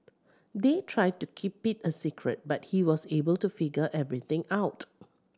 they tried to keep it a secret but he was able to figure everything out